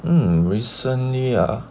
um recently ah